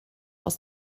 aus